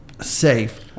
safe